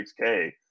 6K